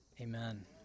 amen